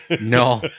No